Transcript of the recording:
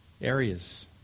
areas